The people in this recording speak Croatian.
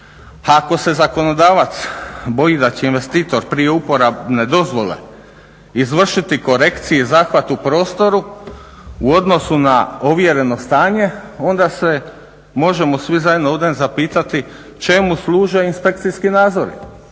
ako se zakonodavac boji da će investitor prije uporabne dozvole izvršiti korekcije i zahvat u prostoru u odnosu na ovjereno stanje onda se možemo svi zajedno ovdje zapitati čemu služe inspekcijski nadzori?